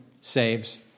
saves